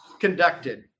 conducted